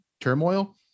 turmoil